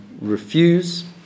refuse